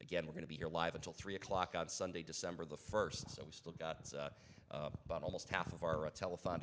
again we're going to be here live until three o'clock on sunday december the first so we still got about almost half of our a telethon